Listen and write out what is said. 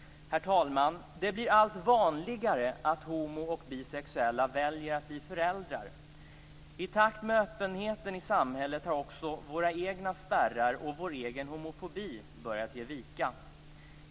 Herr talman! Det blir allt vanligare att homo och bisexuella väljer att bli föräldrar. I takt med öppenheten i samhället har också våra egna spärrar och vår egen homofobi börjat ge vika.